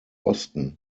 osten